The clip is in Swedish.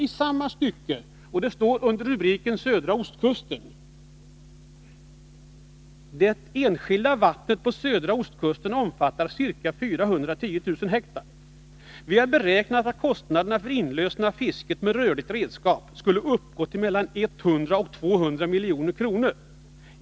I samma stycke står det, under rubriken Södra ostkusten: ”Det enskilda vattnet på södra ostkusten omfattar ca 410 000 ha. Vi har beräknat att kostnaden för inlösen av fisket med rörligt redskap skulle uppgå till mellan 100 och 200 milj.kr.